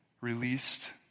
released